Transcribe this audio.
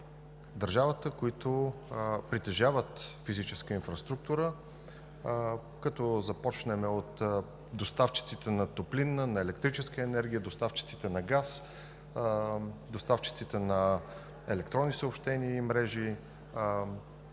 държавата, които притежават физическа инфраструктура – като започнем от доставчиците на топлинна, на електрическа енергия, доставчиците на газ, доставчиците на електронни съобщения и мрежи,